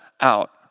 out